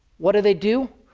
what do they do?